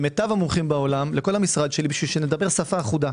מיטב המומחים בעולם לכל המשרד שלי כדי שנדבר שפה אחודה.